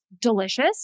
delicious